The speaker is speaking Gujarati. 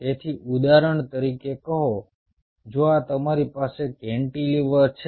તેથી ઉદાહરણ તરીકે કહો જો આ તમારી પાસે કેન્ટિલીવર છે